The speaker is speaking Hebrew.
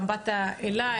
גם באת אליי,